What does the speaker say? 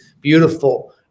beautiful